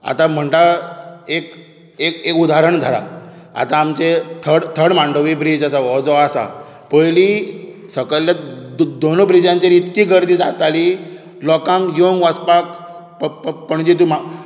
आतां म्हणटा एक एक उदाहरण धरा आता आमचे थर्ड थर्ड मांडवी ब्रिज आसा हो जो आसा पयली सकयल्ले दोनूय ब्रिजांचेर इतकी गर्दी जाताली लोकांक येवंक वचपाक करपाक पणजी टू म्हा